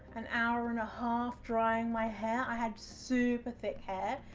and hour and a half drying my hair. i have super thick hair,